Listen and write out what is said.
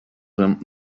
him